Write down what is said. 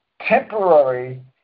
temporary